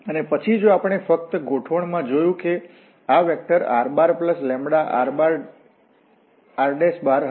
અને પછી જો આપણે ફક્ત ગોઠવણમાં જોયું કે આ વેક્ટરrrહશે